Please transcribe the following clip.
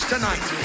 tonight